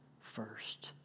first